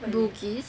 Bugis